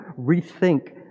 rethink